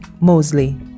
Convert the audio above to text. Mosley